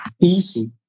easy